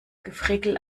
gefrickel